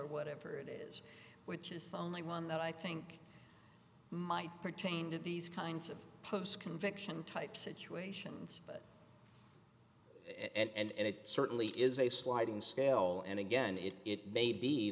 or whatever it is which is the only one that i think might pertain to these kinds of post conviction type situations and it certainly is a sliding scale and again it may be